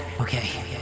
Okay